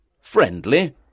friendly